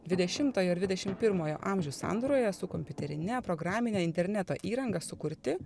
dvidešimtojo ir dvidešim pirmojo amžių sandūroje su kompiuterine programine interneto įranga sukurti